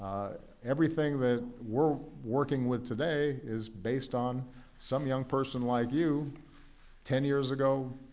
everything that we're working with today is based on some young person like you ten years ago,